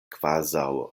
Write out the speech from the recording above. kvazaŭ